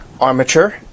armature